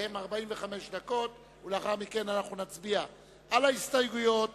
45 דקות, ולאחר מכן נצביע על ההסתייגויות